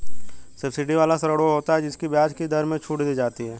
subsidy वाला ऋण वो होता है जिसकी ब्याज की दर में छूट दी जाती है